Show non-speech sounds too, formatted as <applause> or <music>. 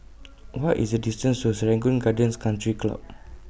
<noise> What IS The distance to Serangoon Gardens Country Club